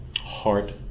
heart